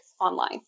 online